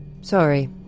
sorry